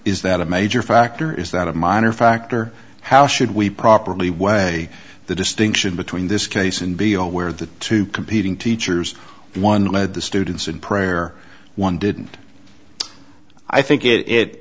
is that a major factor is that a minor factor how should we properly weigh the distinction between this case and be aware that two competing teachers one led the students in prayer one didn't i think it it